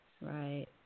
right